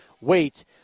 wait